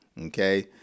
okay